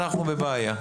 אנחנו בבעיה.